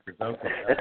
okay